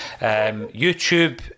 YouTube